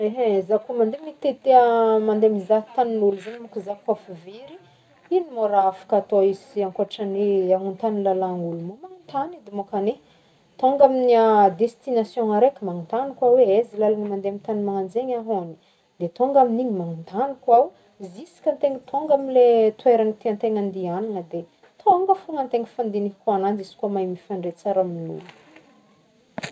Ehe, za koa mande mitety mande mizaha tanin'olo zegny ma kô zaho koa fa very ino mo raha afaka atao isy koa ankotran'ny hoe agnotagny lalana olo mbô magnontagny edy môkany e, tonga amin destination araiky magnotagny koa hoa ezy lalana mande amy tany magnagno zegny ahôgny, de tonga amin'igny magnotagny koa ho jusk'antegna tonga amle toeragna tiantegna andihagnagna de tonga fôgna antegna fandinihiko agnanjy izy koa mahay mifandray tsara amin'olo.